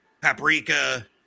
paprika